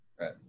right